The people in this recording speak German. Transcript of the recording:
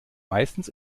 meistens